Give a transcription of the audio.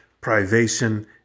privation